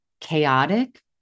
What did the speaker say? chaotic